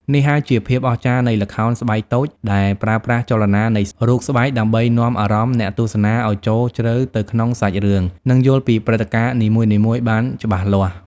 នេះហើយជាភាពអស្ចារ្យនៃល្ខោនស្បែកតូច ដែលប្រើប្រាស់ចលនានៃរូបស្បែកដើម្បីនាំអារម្មណ៍អ្នកទស្សនាឲ្យចូលជ្រៅទៅក្នុងសាច់រឿង និងយល់ពីព្រឹត្តិការណ៍នីមួយៗបានច្បាស់លាស់។